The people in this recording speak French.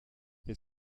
est